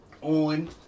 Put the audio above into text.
On